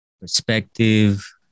perspective